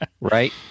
Right